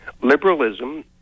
liberalism